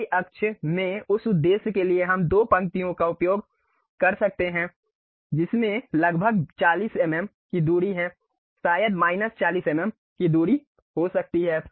Y अक्ष में उस उद्देश्य के लिए हम दो पंक्तियों का उपयोग कर सकते हैं जिसमें लगभग 40 एमएम की दूरी है शायद माइनस 40 एमएम की दूरी हो सकती है